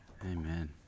Amen